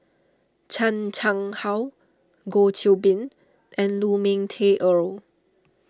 Chan Chang How Goh Qiu Bin and Lu Ming Teh Earl